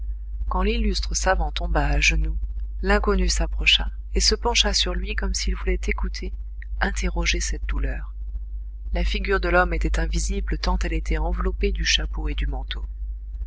quand l'illustre savant tomba à genoux l'inconnu s'approcha et se pencha sur lui comme s'il voulait écouter interroger cette douleur la figure de l'homme était invisible tant elle était enveloppée du chapeau et du manteau